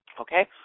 Okay